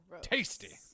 Tasty